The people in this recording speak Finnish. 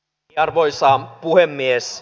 arvoisa puhemies